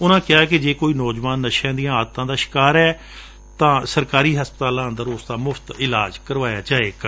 ਉਨਾਂ ਕਿਹਾ ਕਿ ਜੇ ਕੋਈ ਨੌਜਵਾਨ ਨਸ਼ਿਆਂ ਦੀਆਂ ਆਦਤਾਂ ਦਾ ਸ਼ਿਕਾਰ ਹੋ ਚੁਕਿਐ ਤਾਂ ਸਰਕਾਰੀ ਹਸਪਤਾਲਾਂ ਅੰਦਰ ਉਸ ਦਾ ਮੁਫ਼ਤ ਇਲਾਜ ਕਰਵਾਇਆ ਜਾਵੇਗਾ